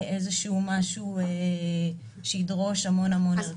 איזשהו משהו שידרוש המון המון ערכות.